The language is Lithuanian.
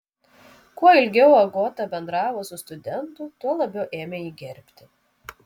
kuo ilgiau agota bendravo su studentu tuo labiau ėmė jį gerbti